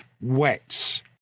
wets